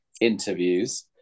interviews